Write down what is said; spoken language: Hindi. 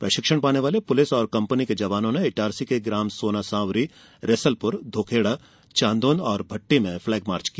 प्रशिक्षण पाने वाले पुलिस और कंपनी के जवानों ने इटारसी के ग्राम सोनासावरी रैसलपुर धौखेड़ा चांदौन और भट्टी में फ्लेग मार्च किया